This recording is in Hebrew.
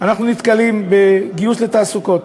אנחנו נתקלים בגיוס לתעסוקות,